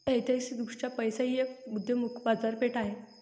ऐतिहासिकदृष्ट्या पैसा ही एक उदयोन्मुख बाजारपेठ आहे